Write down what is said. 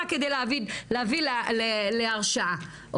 רק כדי להביא להרשעה,